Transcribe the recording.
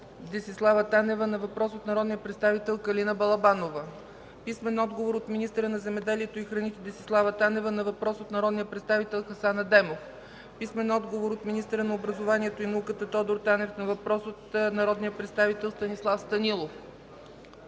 Десислава Танева на въпрос от народния представител Калина Балабанова; - министъра на земеделието и храните Десислава Танева на въпрос от народния представител Хасан Адемов; - министъра на образованието и науката Тодор Танев на въпрос от народния представител Станислав Станилов;